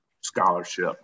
scholarship